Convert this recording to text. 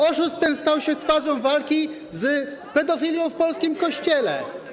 Oszust ten stał się twarzą walki z pedofilią w polskim kościele.